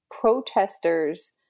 protesters